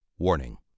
Warning